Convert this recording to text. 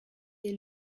est